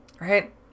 Right